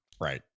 right